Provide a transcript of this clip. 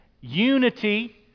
unity